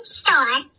store